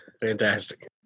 Fantastic